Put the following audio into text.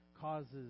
causes